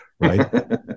right